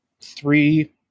three